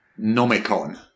Nomicon